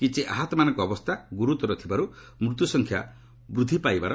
କିଛି ଆହତମାନଙ୍କ ଅବସ୍ଥା ଗୁରୁତର ଥିବାରୁ ମୃତ୍ୟୁ ସଂଖ୍ୟା ବୃଦ୍ଧି ହୋଇପାରେ